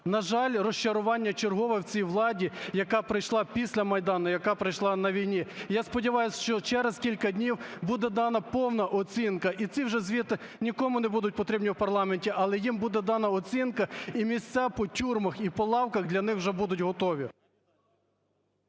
на жаль, розчарування чергове в цій владі, яка прийшла після Майдану, яка прийшла на війні. Я сподіваюсь, що через кілька днів буде дана повна оцінка і ці вже звіти нікому не будуть потрібні у парламенті, але їм буде дана оцінка і місця по тюрмах і по лавках для них вже будуть готові.